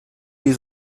die